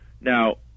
Now